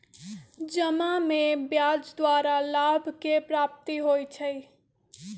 जमा में ब्याज द्वारा लाभ के प्राप्ति होइ छइ